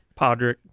Podrick